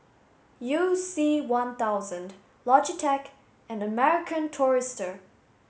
you C one thousand Logitech and American Tourister